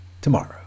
tomorrow